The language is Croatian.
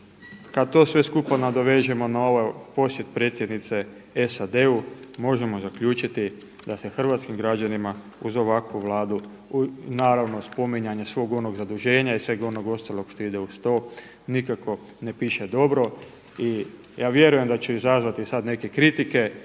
Kad to sve skupa nadovežemo na ovaj posjet predsjednice SAD-u možemo zaključiti da se hrvatskim građanima uz ovakvu Vladu uz naravno spominjanje svog onog zaduženja i sveg onog ostalog što ide uz to nikako ne piše dobro. I ja vjerujem da ću sada izazvati neke kritike,